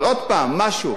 אבל עוד הפעם, משהו.